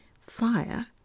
fire